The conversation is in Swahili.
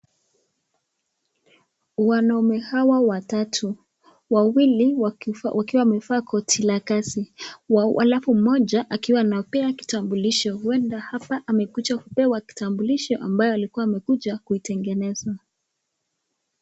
Wanaume hawa watatu, wawili wakiwa wamevaa koti la kazi alafu mmoja akiwa anapea kitambulisho. Huenda hapa amekuja kupewa kitambulisho ambayo alikuwa amekuja kuitengeneza.